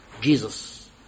Jesus